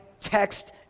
text